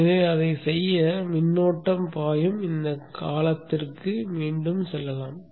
எனவே அதைச் செய்ய மின்னோட்டம் பாயும் இந்த காலத்திற்கு மீண்டும் செல்லலாம்